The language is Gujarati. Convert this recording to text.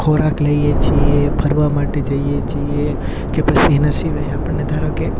ખોરાક લઈએ છીએ ફરવા માટે જઈએ છીએ કે પછી એના સિવાય આપણને ધારો કે